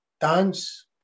dance